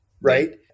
right